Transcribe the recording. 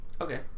Okay